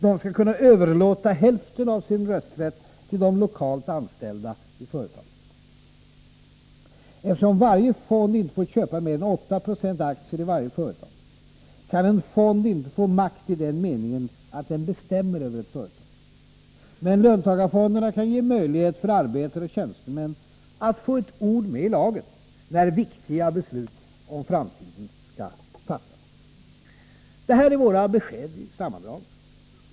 De skall kunna överlåta hälften av sin rösträtt till de lokalt anställda i företagen. Eftersom varje fond inte får köpa mer än 8 96 aktier i varje företag, kan en fond inte få makt i den meningen att den bestämmer över ett företag. Men löntagarfonderna kan ge möjlighet för arbetare och tjänstemän att få ett ord med i laget, när viktiga beslut om framtiden skall fattas. Detta är våra besked i sammandrag.